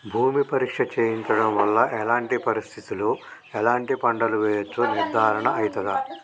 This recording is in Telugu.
భూమి పరీక్ష చేయించడం వల్ల ఎలాంటి పరిస్థితిలో ఎలాంటి పంటలు వేయచ్చో నిర్ధారణ అయితదా?